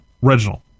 Reginald